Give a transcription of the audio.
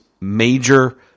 major